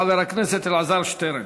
חבר הכנסת אלעזר שטרן.